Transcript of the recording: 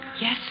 Yes